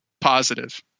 positive